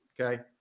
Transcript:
Okay